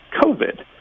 COVID